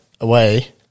away